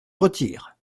retire